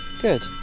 good